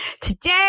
Today